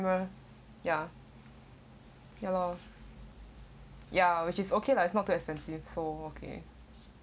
well ya ya lor ya which is okay lah it's not too expensive so okay